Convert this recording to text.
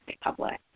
public